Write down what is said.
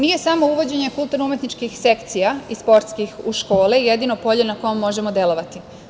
Nije samo uvođenje kulturno-umetničkih sekcija iz sportskih u škole jedino polje na kome možemo delovati.